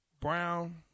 Brown